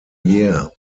year